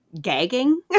gagging